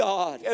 God